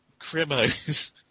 crimos